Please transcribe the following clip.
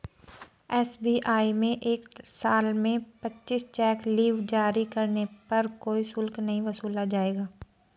SBI में एक साल में पच्चीस चेक लीव जारी करने पर कोई शुल्क नहीं वसूला जाएगा